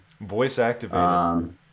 Voice-activated